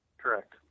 Correct